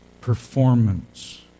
performance